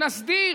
נסדיר,